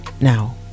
now